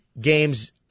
games